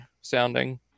sounding